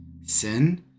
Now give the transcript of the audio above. sin